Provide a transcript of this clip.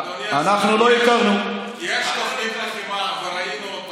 אנחנו לא הכרנו, יש תוכנית לחימה, וראינו אותה.